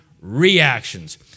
reactions